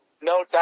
No